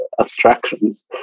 abstractions